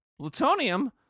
Plutonium